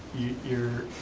you're,